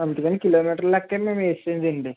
అందుకని కిలోమీటర్ల లెక్క మేము వేసేది అండి